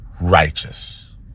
righteous